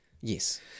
yes